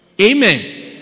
Amen